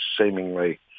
seemingly